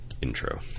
intro